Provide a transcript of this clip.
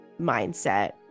mindset